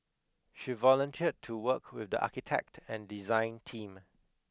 she volunteered to work with the architect and design team